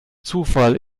zufall